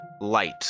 light